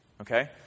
Okay